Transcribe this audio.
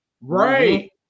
Right